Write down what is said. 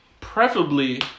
Preferably